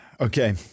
Okay